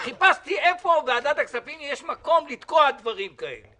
חיפשתי איפה בוועדת הכספים יש מקום לתקוע דברים כאלה,